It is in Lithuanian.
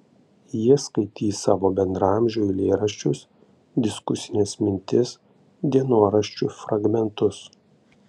jie skaitys savo bendraamžių eilėraščius diskusines mintis dienoraščių fragmentus